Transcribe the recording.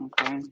Okay